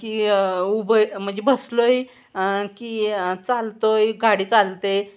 की उभं आहे म्हणजे बसलो आहे की चालतो आहे गाडी चालते